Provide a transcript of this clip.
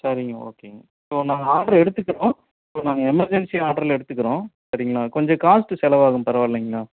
சரிங்க ஓகேங்க ஸோ நாங்கள் ஆர்டர் எடுத்துக்கிறோம் ஸோ நாங்கள் எமர்ஜென்சி ஆர்டரில் எடுத்துக்கிறோம் சரிங்களா கொஞ்சம் காஸ்ட்டு செலவாகும் பரவாயில்லிங்களா